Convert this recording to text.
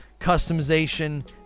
customization